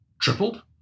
tripled